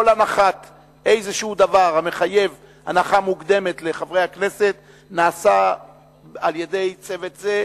כל הנחת דבר המחייב הנחה מוקדמת לחברי הכנסת נעשה על-ידי צוות זה,